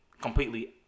completely